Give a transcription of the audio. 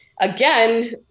again